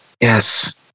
Yes